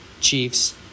Chiefs